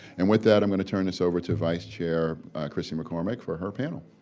and with, that i'm going to turn this over to vice chair christy mccormick for her panel.